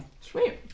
Sweet